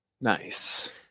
Nice